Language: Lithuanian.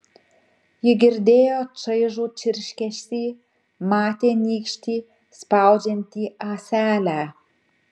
ji girdėjo čaižų čirškesį matė nykštį spaudžiantį ąselę